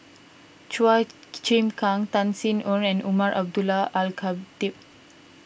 Chua Chim Kang Tan Sin Aun and Umar Abdullah Al Khatib